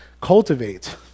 cultivate